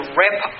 rip